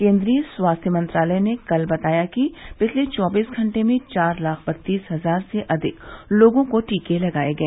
केन्द्रीय स्वास्थ्य मंत्रालय ने कल बताया कि पिछले चौबीस घंटे में चार लाख बत्तीस हजार से अधिक लोगों को टीके लगाए गए